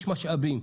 יש משאבים,